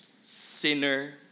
sinner